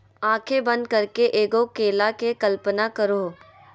आँखें बंद करके एगो केला के कल्पना करहो